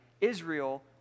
Israel